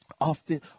Often